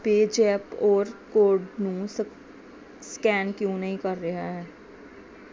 ਪੇ ਜੈਪ ਔਰ ਕੋਡ ਨੂੰ ਸਕ ਸਕੈਨ ਕਿਉਂ ਨਹੀਂ ਕਰ ਰਿਹਾ ਹੈ